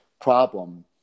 problem